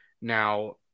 now